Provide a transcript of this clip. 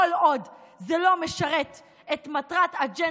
כל עוד זה לא משרת את אג'נדת-העל,